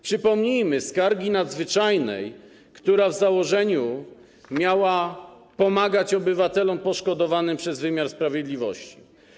Przypomnijmy, skarga nadzwyczajna w założeniu miała pomagać obywatelom poszkodowanym przez wymiar sprawiedliwości.